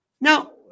Now